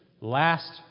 last